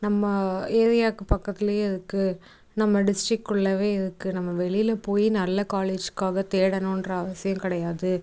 நம்ம ஏரியாவுக்கு பக்கத்துலேயே இருக்குது நம்ம டிஸ்ட்ரிக்குள்ளயே இருக்குது நம்ம வெளியில் போய் நல்ல காலேஜுக்காக தேடணும்ன்ற அவசியம் கிடையாது